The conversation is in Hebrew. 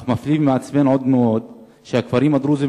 אך מפליא ומעצבן עד מאוד שהכפרים הדרוזיים